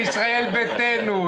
מישראל ביתנו.